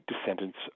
descendants